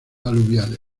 aluviales